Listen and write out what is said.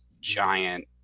giant